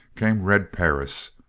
came red perris,